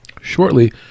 shortly